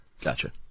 Gotcha